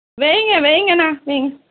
வையுங்க வையுங்கண்ணா நீங்க